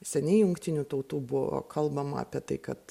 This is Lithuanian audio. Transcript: seniai jungtinių tautų buvo kalbama apie tai kad